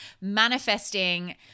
manifesting